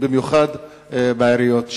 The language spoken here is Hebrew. במיוחד בעיריות,